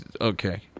okay